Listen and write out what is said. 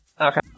Okay